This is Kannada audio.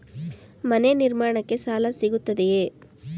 ಮನೆ ನಿರ್ಮಾಣಕ್ಕೆ ಸಾಲ ಸಿಗುತ್ತದೆಯೇ?